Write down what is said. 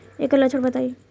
एकर लक्षण बताई?